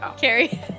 Carrie